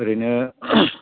ओरैनो